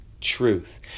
truth